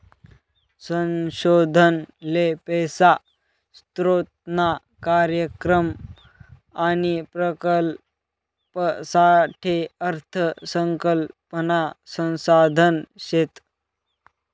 संशोधन ले पैसा स्रोतना कार्यक्रम आणि प्रकल्पसाठे अर्थ संकल्पना संसाधन शेत